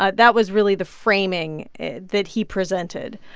ah that was really the framing that he presented.